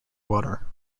water